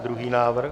Druhý návrh.